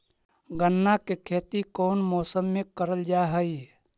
गन्ना के खेती कोउन मौसम मे करल जा हई?